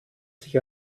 sich